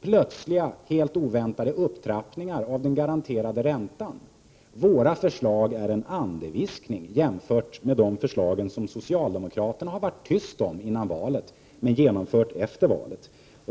plötsligt inför helt oväntade upptrappningar av den garanterade räntan? Våra förslag är en andeviskning jämfört med de förslag som socialdemokraterna har hållit tyst om före valet och genomfört efter valet.